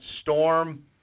Storm